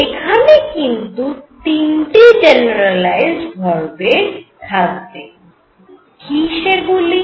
এখানে কিন্তু তিনটি জেনেরালাইজড ভরবেগ থাকবে কি সেগুলি